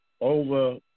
over